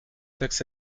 taxes